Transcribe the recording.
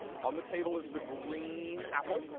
on the table is the green apple.